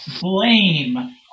blame